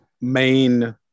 main